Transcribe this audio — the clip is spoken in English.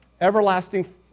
Everlasting